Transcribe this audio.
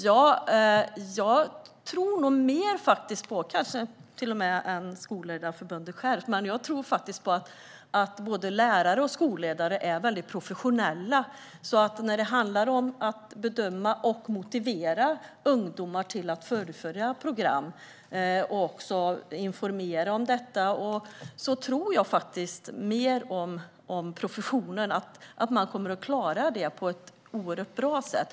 Jag tror kanske mer än Sveriges Skolledarförbund på att lärarna och skolledarna är professionella. När det gäller att bedöma, motivera och informera tror jag att professionen kommer att klara det på ett mycket bra sätt.